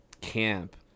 camp